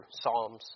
Psalms